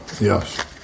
Yes